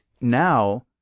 now